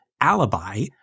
alibi